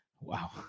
Wow